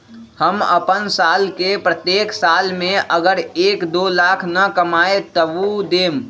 हम अपन साल के प्रत्येक साल मे अगर एक, दो लाख न कमाये तवु देम?